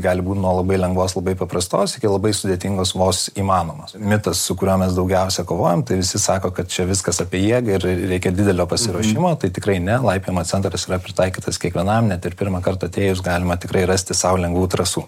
gali būt nuo labai lengvos labai paprastos iki labai sudėtingos vos įmanomos mitas su kuriuo mes daugiausia kovojam tai visi sako kad čia viskas apie jėgą ir reikia didelio pasiruošimo tai tikrai ne laipiojimo centras yra pritaikytas kiekvienam net ir pirmąkart atėjus galima tikrai rasti sau lengvų trasų